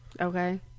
okay